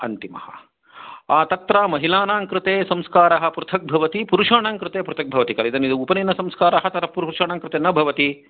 अन्तिमः तत्र महिलानां कृते संस्काराः पृथग्भवति पुरुषाणां कृते पृथग्भवति तर्हि इदानीम् उपनयनसंस्कारः तद् पुरुषाणां कृते न भवति